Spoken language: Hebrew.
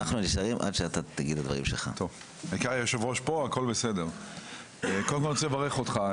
קודם כול, אני רוצה לברך אותך,